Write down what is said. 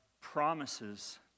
promises